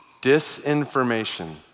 disinformation